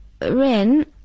Ren